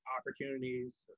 opportunities